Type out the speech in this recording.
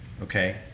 okay